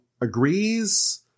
agrees